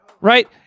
Right